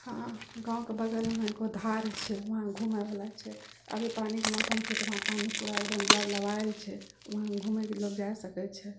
हँ गाँवके बगलमे एगो धार छै वहाँ घुमैवला छै अभी पानिके मौसम छै तऽ वहाँ पानि पूरा एकदम लबलबाएल छै वहाँ घुमै लेल लोग जा सकै छै